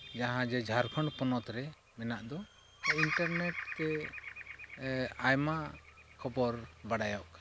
ᱡᱟᱦᱟᱸ ᱡᱮ ᱡᱷᱟᱲᱠᱷᱚᱸᱰ ᱯᱚᱱᱚᱛᱨᱮ ᱢᱮᱱᱟᱜ ᱫᱚ ᱤᱱᱴᱟᱨᱱᱮᱴ ᱛᱮ ᱟᱭᱢᱟ ᱠᱷᱚᱵᱚᱨ ᱵᱟᱰᱟᱭᱚᱜ ᱠᱟᱱᱟ